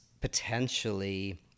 potentially